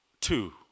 Two